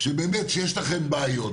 שכשיש לכם בעיות,